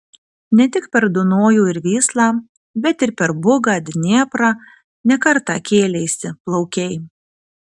ne tik per dunojų ir vyslą bet ir per bugą dnieprą ne kartą kėleisi plaukei